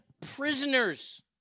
prisoners